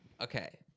Okay